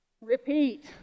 Repeat